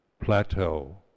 plateau